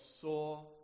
saw